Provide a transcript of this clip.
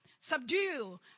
Subdue